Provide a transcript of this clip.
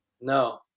No